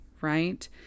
right